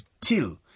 till